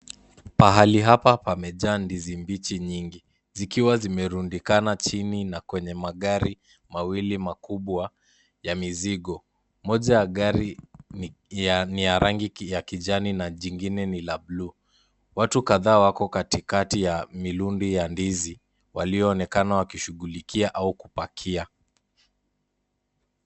Pahali hapa pamejaa ndizi mbichi nyingi zikiwa zimerundikana chini na kwenye magari mawili makubwa ya mizigo. Moja ya gari ni ya rangi ya kijani na jingine ni la bluu. Watu kadhaa wako katikati ya mirundo ya ndizi, walioonekana wakishughulikia au kupakia.